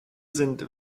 sind